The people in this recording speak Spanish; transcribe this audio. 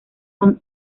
con